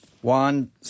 One